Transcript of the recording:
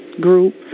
group